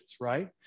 right